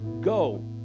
Go